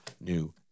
new